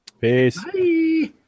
Peace